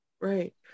Right